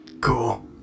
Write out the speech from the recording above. Cool